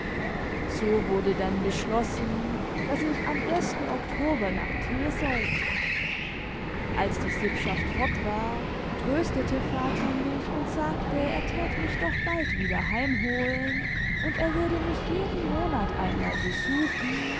so wurde denn beschlossen daß ich am i oktober nach t sollte als die sippschaft fort war tröstete vater mich und sagte er tat mich doch bald wieder heim holen und er würde mich jeden monat einmal besuchen